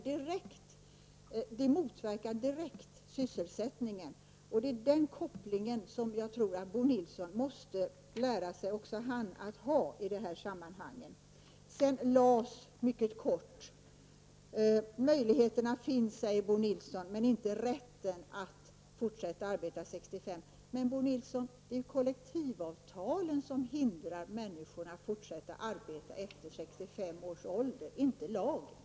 Det motverkar direkt sysselsättningen. Jag tror att det är den kopplingen som även Bo Nilsson måste lära sig att göra i dessa sammanhang. Jag vill kortfattat säga något om LAS. Möjligheten finns, säger Bo Nilsson, men inte rätten att arbeta efter 65 års ålder. Men, Bo Nilsson, det är ju kollektivavtalen som hindrar människorna att fortsätta att arbeta efter 65 års ålder, inte lagen.